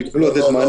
ויתוכננו לתת מענה,